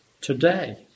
today